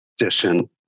edition